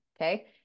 Okay